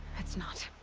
it's not.